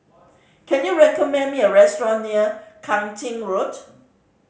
can you recommend me a restaurant near Kang Ching Road